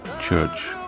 church